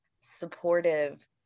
supportive